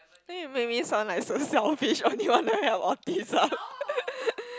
why you make me sound like so selfish only want to help autism